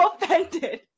offended